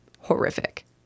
horrific